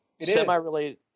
Semi-related